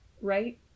right